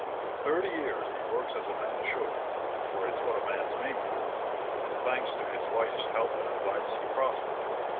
for thirty years he works as a man should for it's what a man's made for and thanks to his wife's help and advice he prospers.